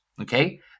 Okay